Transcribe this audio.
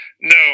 No